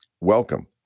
welcome